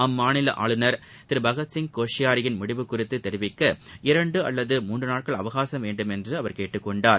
அம்மாநில ஆளுநர் திரு பகத்சிய் கோஷியாரியின் முடிவு குறித்து தெரிவிக்க இரண்டு அல்லது மூன்று நாட்கள் அவகாசம் வேண்டுமென்று அவர் கேட்டுக் கொண்டார்